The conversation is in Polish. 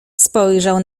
spojrzał